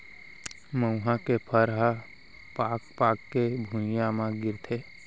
मउहा के फर ह पाक पाक के भुंइया म गिरथे